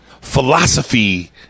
philosophy